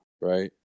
right